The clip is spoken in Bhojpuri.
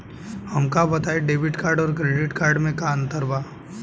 हमका बताई डेबिट कार्ड और क्रेडिट कार्ड में का अंतर बा?